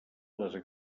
les